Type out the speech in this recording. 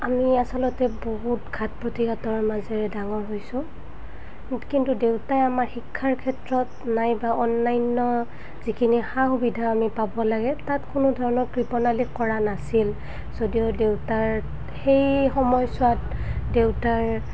আমি আচলতে বহুত ঘাট প্ৰতিঘাতৰ মাজেৰে ডাঙৰ হৈছোঁ কিন্তু দেউতাই আমাৰ শিক্ষাৰ ক্ষেত্ৰত নাইবা অন্যান্য যিখিনি সা সুবিধা আমি পাব লাগে তাত কোনো ধৰণৰ কৃপণালি কৰা নাছিল যদিও দেউতাৰ সেই সময়ছোৱাত দেউতাৰ